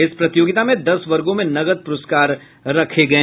इस प्रतियोगिता में दस वर्गो में नकद पुरस्कार रखे गये हैं